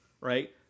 right